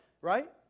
Right